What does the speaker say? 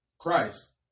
Christ